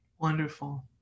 Wonderful